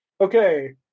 Okay